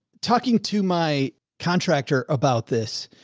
talking to my contractor about this.